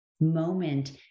moment